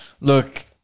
Look